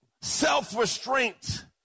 self-restraint